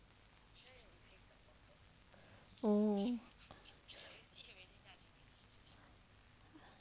oo